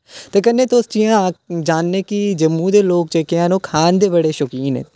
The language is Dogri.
ते कन्नै तुस जि'यां जानने कि जम्मू दे लोक जेह्के हैन ओह् खान दे बड़े शौकीन न